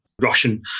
Russian